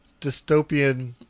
dystopian